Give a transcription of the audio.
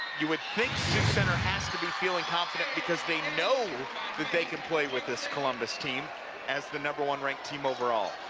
you would think sioux center has to be feeling confident because they know but they can play withthis columbus team as the numberone ranked team overall.